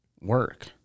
work